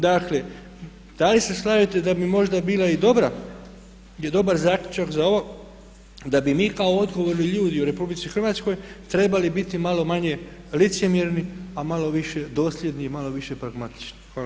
Dakle da li se slažete da bi možda bio i dobar zaključak za ovo da bi mi kao odgovorni ljudi u RH trebali biti malo manje licemjerni a malo više dosljedni i malo više pragmatični.